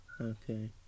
Okay